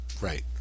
right